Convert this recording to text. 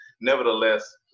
Nevertheless